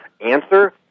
Answer